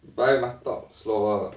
why must talk slower